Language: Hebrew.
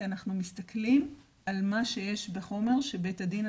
כי אנחנו מסתכלים על מה שיש בחומר שבית הדין,